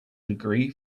degree